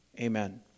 Amen